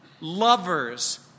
lovers